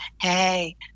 hey